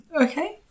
Okay